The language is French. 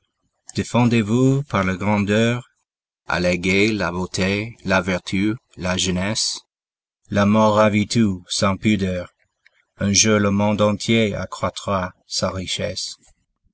défendez-vous par la grandeur alléguez la beauté la vertu la jeunesse la mort ravit tout sans pudeur un jour le monde entier accroîtra sa richesse